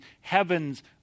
heavens